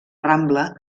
rambla